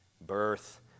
Birth